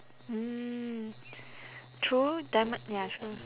mm true diamo~ ya true